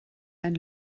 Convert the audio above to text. ein